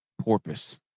porpoise